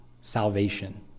Salvation